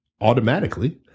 automatically